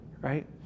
right